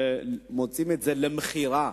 מוציאים את זה למכירה,